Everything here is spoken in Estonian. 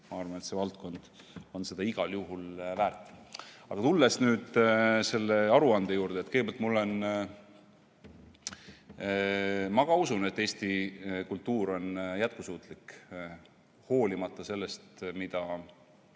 Ma arvan, et see valdkond on seda igal juhul väärt. Aga tulen nüüd selle aruande juurde. Kõigepealt ma usun, et eesti kultuur on jätkusuutlik olenemata sellest, mida